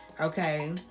Okay